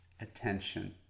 attention